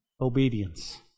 obedience